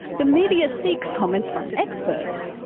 the media seeks comments from experts.